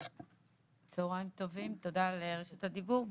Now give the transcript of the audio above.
צהריים טובים, תודה על רשות הדיבור.